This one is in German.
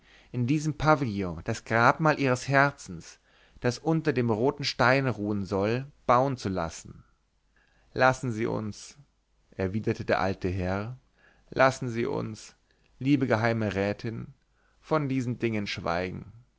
in diesem pavillon das grabmal ihres herzens das unter dem roten stein ruhen soll bauen zu lassen lassen sie uns erwiderte der alte herr lassen sie uns liebe geheime rätin von diesen dingen schweigen